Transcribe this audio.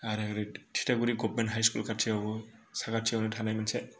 आर ओरै थिथागुरि government high school खाथियावबो साखाथियाव थानाय मोनसे